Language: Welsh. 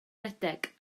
redeg